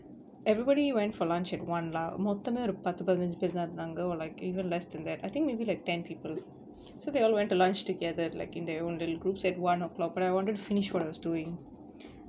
everybody went for lunch at one lah மொத்தமா ஒரு பத்து பதினஞ்சு பேருதான் இருந்தாங்க:mothamaa oru patthu pathinanju paeruthaan irunthaanga or like even less than that I think maybe like ten people so they all went to lunch together like in their own little groups at one o'clock but I wanted to finish what I was doing